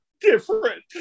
different